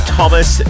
Thomas